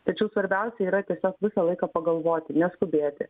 tačiau svarbiausia yra tiesiog visą laiką pagalvoti neskubėti